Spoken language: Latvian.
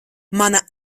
mana